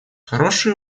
хороший